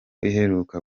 iheruka